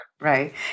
Right